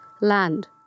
land